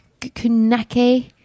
Kunake